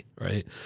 right